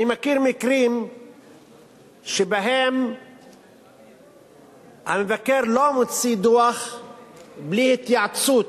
אני מכיר מקרים שבהם המבקר לא מוציא דוח בלי התייעצות,